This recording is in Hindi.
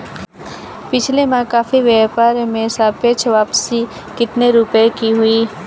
पिछले माह कॉफी व्यापार में सापेक्ष वापसी कितने रुपए की हुई?